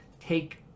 take